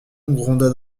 gronda